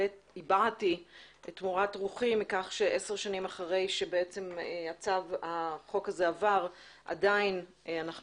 הבעתי את מורת רוחי מכך שעשר שנים אחרי שהחוק הזה עבר עדיין אנחנו